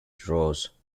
draws